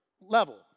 level